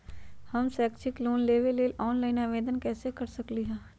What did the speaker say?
हम शैक्षिक लोन लेबे लेल ऑनलाइन आवेदन कैसे कर सकली ह?